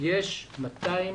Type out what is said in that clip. יש בשבוע אחד 200